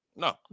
No